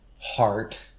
heart